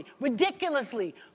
ridiculously